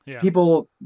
People